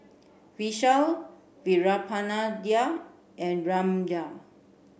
Vishal Veerapandiya and Ramnath